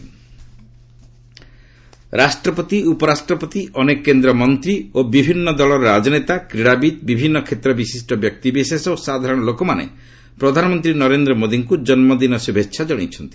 PM birthday ଓଡ଼ିସ୍ ରାଷ୍ଟ୍ରପତି ଉପରାଷ୍ଟ୍ରପତି ଅନେକ କେନ୍ଦ୍ରମନ୍ତ ଓ ବିଭିନ୍ନ ଦଳର ରାଜନେତା କ୍ରୀଡ଼ାବିତ୍ ବିଭିନ୍ନ କ୍ଷେତ୍ରର ବିଶିଷ୍ଟ ବ୍ୟକ୍ତିବିଶେଷ ଓ ସାଧାରଣ ଲୋକମାନେ ପ୍ରଧାନମନ୍ତ୍ରୀ ନରେନ୍ଦ୍ର ମୋଦିଙ୍କୁ ଜନ୍ମଦିନ ଶୁଭେଛା ଜଣାଇଛନ୍ତି